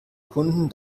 kunden